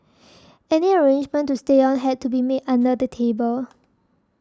any arrangement to stay on had to be made under the table